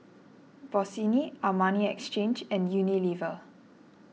Bossini Armani Exchange and Unilever